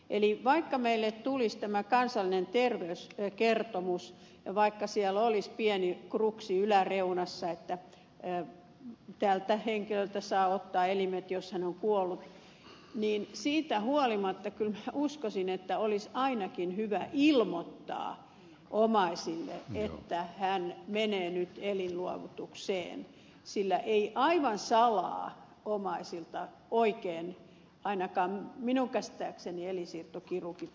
eli vaikka meille tulisi tämä kansallinen terveyskertomus ja vaikka siellä olisi pieni kruksi yläreunassa että tältä henkilöltä saa ottaa elimet jos hän on kuollut niin siitä huolimatta kyllä minä uskoisin että olisi ainakin hyvä ilmoittaa omaisille että hän menee nyt elinluovutukseen sillä eivät aivan salaa omaisilta oikein ainakaan minun käsittääkseni elinsiirtokirurgit halua ottaa elimiä